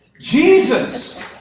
Jesus